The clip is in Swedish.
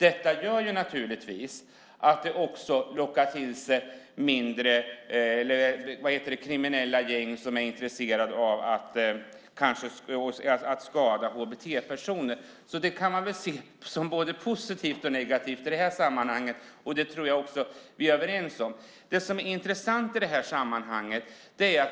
Detta lockar naturligtvis fram kriminella gäng som kan vara intresserade av att skada HBT-personer. I det här sammanhanget kan man se både positivt och negativt, och det tror jag att vi är överens om.